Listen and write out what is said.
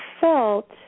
felt